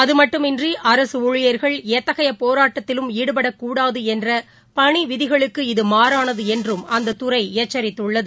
அதுமட்டுமன்றி அரசுணழிபா்கள் எத்தகையபோராட்டத்திலும் ஈடுபடக் கூடாதுஎன்றபணிவிதிகளுக்கு இது மாறானதுஎன்றும் அந்ததுறைச்சரித்துள்ளது